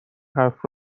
حرف